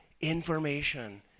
information